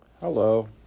Hello